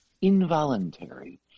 involuntary